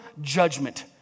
judgment